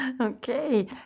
Okay